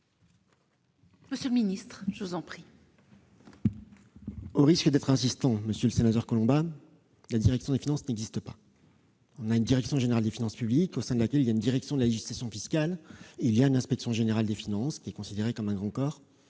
M. le secrétaire d'État. Au risque d'être insistant, monsieur le sénateur, la « direction des finances » n'existe pas. Nous avons une direction générale des finances publiques, au sein de laquelle il y a une direction de la législation fiscale, et une inspection générale des finances, qui est considérée comme un grand corps.